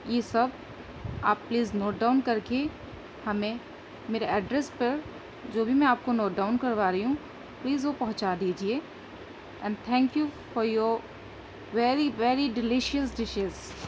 یہ سب آپ پلیز نوٹ ڈاؤن کر کے ہمیں میرے ایڈریس پر جو بھی میں آپ کو نوٹ ڈاؤن کروا رہی ہوں پلیز وہ پہنچا دیجیے and thank you for your very very delicious dishes